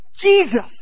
Jesus